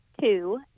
two